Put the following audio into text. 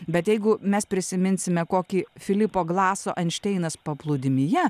bet jeigu mes prisiminsime kokį filipo glaso enšteinas paplūdimyje